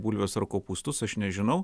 bulves ar kopūstus aš nežinau